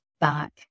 back